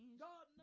know